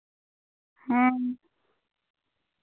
ᱦᱮᱸ